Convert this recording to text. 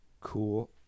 cool